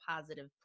positive